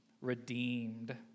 redeemed